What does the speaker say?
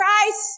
Christ